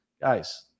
guys